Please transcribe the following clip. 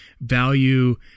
value